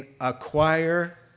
acquire